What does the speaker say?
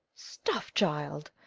stuff, child!